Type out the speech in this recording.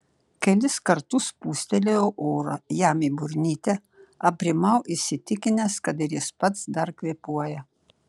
kelis kartus pūstelėjau oro jam į burnytę aprimau įsitikinęs kad ir jis pats dar kvėpuoja